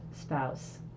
spouse